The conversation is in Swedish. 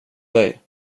dig